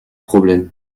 problème